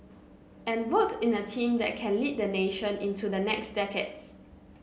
and vote in a team that can lead the nation into the next decades